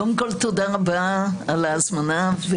תודה רבה על ההזמנה.